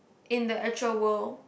in the actual world